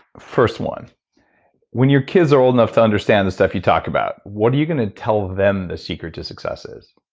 first one when your kids are old enough to understand the stuff you talk about, what are you going to tell them the secret to success is?